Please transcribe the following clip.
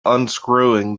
unscrewing